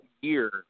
year